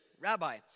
rabbi